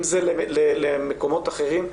אם זה למקומות אחרים.